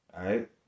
right